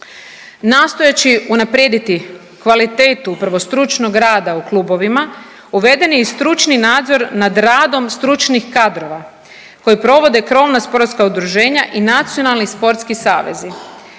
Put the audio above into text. Nastojeći unaprijediti kvalitetu prvo stručnog rada u klubovima uveden je i stručni nadzor nad radom stručnih kadrova koji provode krovna sportska udruženja i nacionalni sportski savezi.